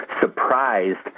surprised